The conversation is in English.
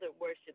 worship